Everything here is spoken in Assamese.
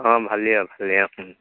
অঁ ভালে আৰু ভালে আৰু